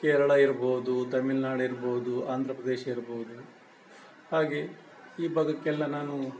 ಕೇರಳ ಇರ್ಬೋದು ತಮಿಳ್ನಾಡು ಇರ್ಬೋದು ಆಂಧ್ರ ಪ್ರದೇಶ್ ಇರ್ಬೋದು ಹಾಗೆ ಈ ಭಾಗಕ್ಕೆಲ್ಲ ನಾನು